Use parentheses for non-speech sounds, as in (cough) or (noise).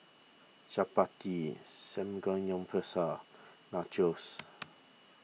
Chapati Samgeyopsal Nachos (noise)